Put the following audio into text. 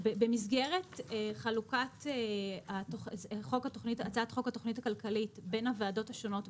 במסגרת חלוקת הצעת חוק התוכנית הכלכלית בין הוועדות השונות בכנסת,